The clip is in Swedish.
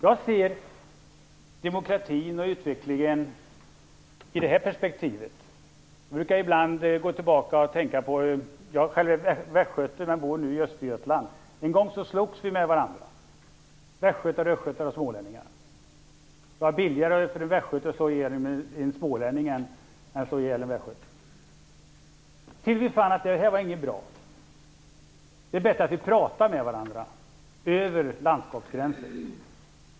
Jag ser demokratin och utvecklingen i det här perspektivet: Jag är själv västgöte men bor nu i Östergötland. En gång slogs västgötar, östgötar och smålänningar med varandra. Enligt lagen var det t.o.m. billigare för en västgöte att slå ihjäl en smålänning än att slå ihjäl en annan västgöte. Men så fann vi att den ordningen inte var så bra; det är bättre att vi pratar med varandra över landskapsgränserna.